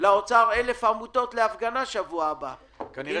לאוצר אלף עמותות להפגנה בשבוע הבא -- כנראה,